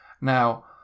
now